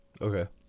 okay